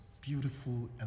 beautiful